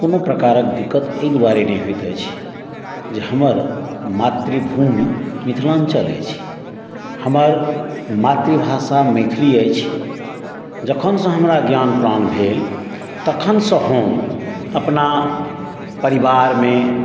कोनो प्रकारके दिक्कत अइ दुआरे नहि होइत अछि जे हमर मातृभूमि मिथिलाञ्चल अछि हमर मातृभाषा मैथिली अछि जखनसँ हमरा ज्ञान प्राण भेल तखनसँ हम अपना परिवारमे